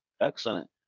Excellent